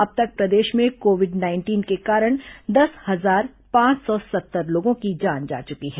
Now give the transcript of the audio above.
अब तक प्रदेश में कोविड नाइंटीन के कारण दस हजार पांच सौ सत्तर लोगों की जान जा चुकी है